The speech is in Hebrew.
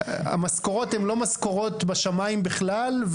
המשכורות הן לא משכורות בשמים בכלל,